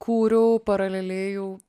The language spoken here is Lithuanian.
kūriau paraleliai jau